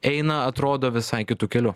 eina atrodo visai kitu keliu